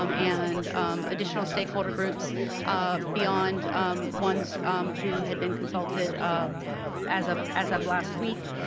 um and additional stakeholder groups ah beyond um one's who had been consulted as of as of last week,